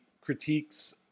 critiques